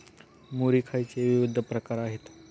मुरी खायचे विविध प्रकार आहेत